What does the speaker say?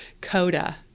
Coda